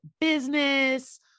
business